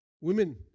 women